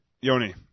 Yoni